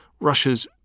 Russia's